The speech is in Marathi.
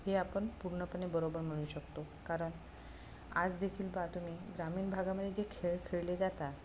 हे आपण पूर्णपणे बरोबर म्हणू शकतो कारण आज देखील पाहतो मी ग्रामीण भागामध्ये जे खेळ खेळले जातात